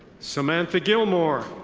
samantha gilmore.